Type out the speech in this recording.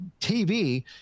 TV